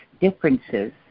differences